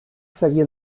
seguir